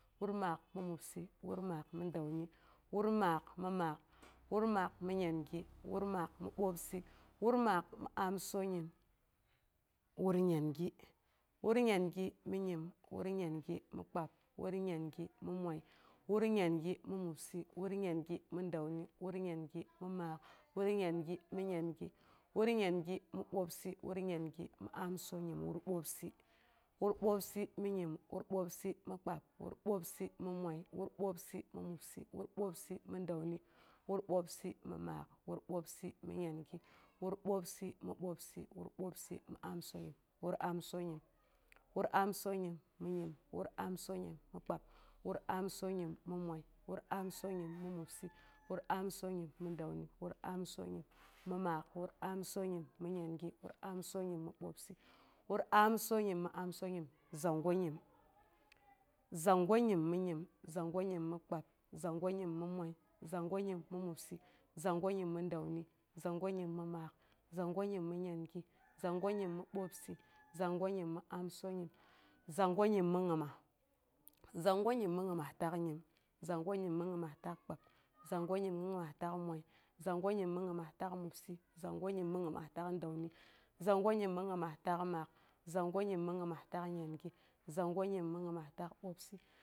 Wur maak mi mobsɨ, wur maak mi dəuni, wur maak mi maak, wur maak min nyangi, wur maak mi bwoobsɨ wur maak mi amsonyim, wur nyangi, wur nyangi mi nyyim wur nyangi mi kpab, wur nyangi mi moi wur nyangi mi bwoobsɨ wur nyangi mi dəuni wur nyangi mi maak wur nyangi mi nyangi wur nyangi mi bwobsɨ wur nyangi mi amsonyim, wur bwoobsɨ. wur bwoobsɨ mi nyim, wur bwoobsɨ, mi kpab, wur bwoobsi mi moi, wur bwoobsɨ mi mobsɨ, wur bwoobsi mi dəuni, wur bwoobsɨ mi maak, wur bwoobsɨ mi nyangi, wur bwoobsɨ mi bwoobsi, wur bwoobsi mi amsonyim, wur amsonyim. Wur amsonyim mi nyim, wur amsonyim mi kpab, wur amsonyim mi moi, wur amsonyim mi mobsi, wur amsonyim mi dəuni, wur amsonyim mi maak, wur amsonyim mi nyangi, wur amsonyim mi bwoobsɨ, wur amsonyim mi amsonyim, zongo nyim. zongo nyim mi nyim, zongo nyim mi kpab, zongo nyim mi moi, zongo nyim mi mobsɨ, zongo nyim mi dəuni, zongo nyim mi maak, zongo nyim mi nyanfi, zong nyim mi bwoobsɨ, zongo nyim mi amsonyim zongo nyim mi ngimas. Zongo nyim mi ngimas taak nyim, zongo nyim mi ngimas taak kpab, zongo nyim mi gimas taak moi, zongo nyim mi ngimas taak mobsɨ, zongo nyim mi ngimas taak dəuni, zongo nyim mi ngimas taak maak zongo nyim mi ngimas taak nyangi, zongo nyim mi ngimas taak ɓwoobsɨ.